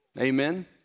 Amen